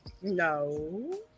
no